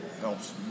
helps